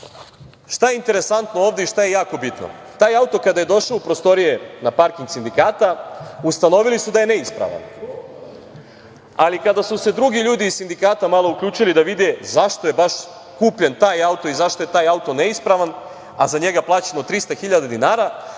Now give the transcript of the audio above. Šta je interesantno ovde i šta je jako bitno? Taj auto kada je došao u prostorije na parking sindikata, ustanovili su da je neispravan, ali kada su se drugi ljudi iz sindikata malo uključili da vide zašto je baš kupljen taj auto i zašto je taj auto neispravan, a za njega plaćeno 300.000 dinara,